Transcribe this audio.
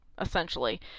essentially